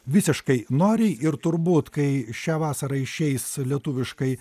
visiškai noriai ir turbūt kai šią vasarą išeis lietuviškai